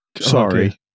Sorry